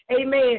amen